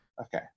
Okay